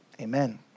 Amen